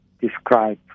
describe